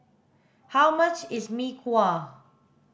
how much is mee kuah